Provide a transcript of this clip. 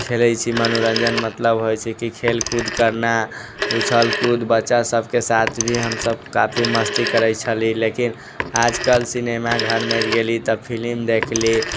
खेलै छी मनोरञ्जन मतलब होइ छै की खेल कूद करनाय उछल कूद बच्चा सबके साथ भी हमसब काफी मस्ती करै छली लेकिन आजकल सिनेमा घरमे जे गेली तऽ फिलिम देखली